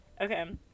Okay